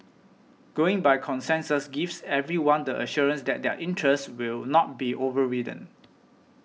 going by consensus gives everyone the assurance that their interests will not be overridden